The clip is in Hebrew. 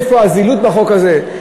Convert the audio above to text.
יש זילות בחוק הזה.